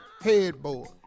headboard